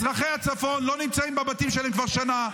אזרחי הצפון לא נמצאים בבתים שלהם כבר שנה.